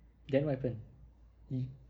then what happened yo~